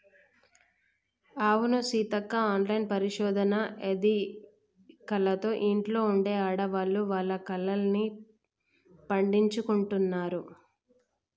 అవును సీతక్క ఆన్లైన్ పరిశోధన ఎదికలతో ఇంట్లో ఉండే ఆడవాళ్లు వాళ్ల కలల్ని పండించుకుంటున్నారు